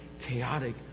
chaotic